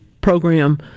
program